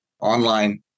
online